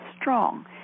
strong